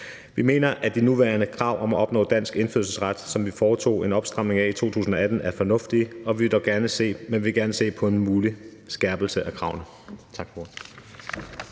Vi mener, at de nuværende krav til at opnå dansk indfødsret, som vi foretog en opstramning af i 2018, er fornuftige, men vi vil gerne se på en mulig skærpelse af kravene.